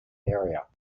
area